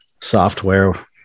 software